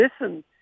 listen